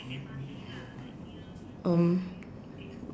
um